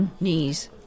Knees